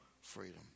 freedom